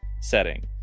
setting